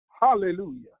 Hallelujah